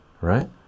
right